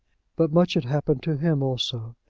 but much had happened to him also.